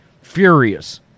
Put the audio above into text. Furious